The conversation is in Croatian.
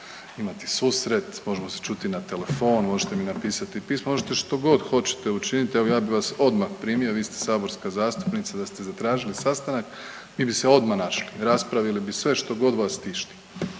imati susret, možemo se čuti na telefon, možete mi napisati pismo, možete što god hoćete učiniti, evo ja bi vas odmah primio, vi ste saborska zastupnica, da ste zatražili sastanak mi bi se odma našli, raspravili bi sve što god vas tišti.